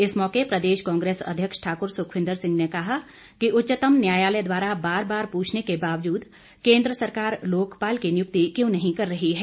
इस मौके प्रदेश कांग्रेस अध्यक्ष ठाकुर सुखविन्द्र सिंह ने कहा कि उच्चतम न्यायालय द्वारा बार बार पूछने के बावजूद केंद्र सरकार लोकपाल की नियुक्ति क्यों नहीं कर रही है